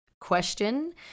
question